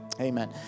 amen